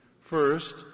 First